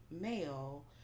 male